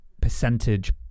percentage